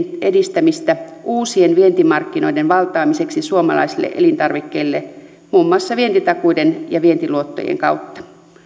edistämistä uusien vientimarkkinoiden valtaamiseksi suomalaisille elintarvikkeille muun muassa vientitakuiden ja vientiluottojen kautta